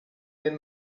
ben